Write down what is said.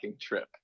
trip